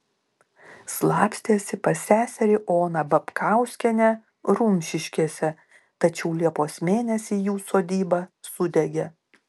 slapstėsi pas seserį oną babkauskienę rumšiškėse tačiau liepos mėnesį jų sodyba sudegė